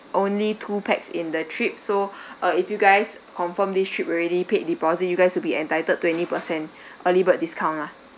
only two pax in the trip so uh if you guys confirm this trip already paid deposit you guys will be entitled to twenty percent early bird discount